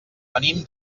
venim